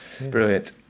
Brilliant